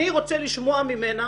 אני רוצה לשמוע ממנה